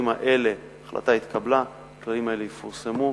ההחלטה התקבלה, הכללים האלה יפורסמו,